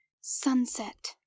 Sunset